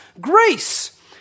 grace